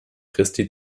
christi